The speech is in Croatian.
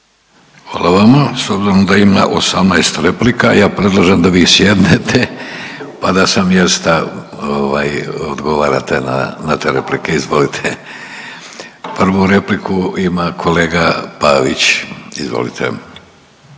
Hvala vama. S obzirom da ima 18 replika ja predlažem da vi sjednete, pa da sa mjesta ovaj odgovarate na, na te replike, izvolite. Prvu repliku ima kolega Pavić, izvolite.